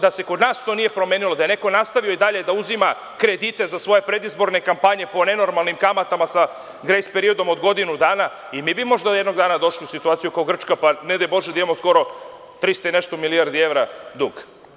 Da se kod nas to nije promenilo, da je neko nastavio i dalje da uzima kredite za svoje predizborne kampanje po nenormalnim kamatama sa grejs periodom od godinu dana, i mi bi možda jednog dana došli u situaciju kao Grčka, pa ne daj Bože da imamo 300 i nešto milijardi dug.